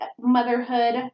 motherhood